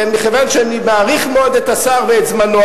מכיוון שאני מעריך מאוד את השר ואת זמנו,